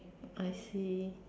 I see